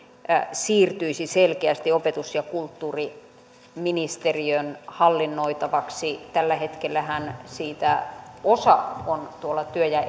siirtyisi selkeästi opetus ja kulttuuriministeriön hallinnoitavaksi tällä hetkellähän siitä osa on tuolla työ ja